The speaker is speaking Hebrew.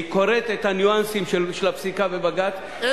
היא קוראת את הניואנסים של הפסיקה בבג"ץ,